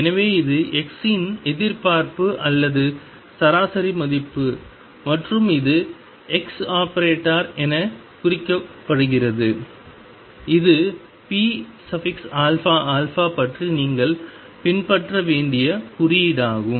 எனவே இது x இன் எதிர்பார்ப்பு அல்லது சராசரி மதிப்பு மற்றும் இது ⟨x⟩ என குறிக்கப்படுகிறது இது pαα பற்றி நீங்கள் பின்பற்ற வேண்டிய குறியீடாகும்